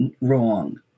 wrong